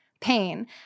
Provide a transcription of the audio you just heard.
Pain